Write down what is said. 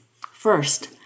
First